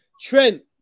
Trent